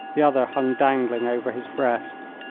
the other hung dangling over his breast.